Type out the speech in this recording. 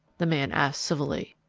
the man asked civilly.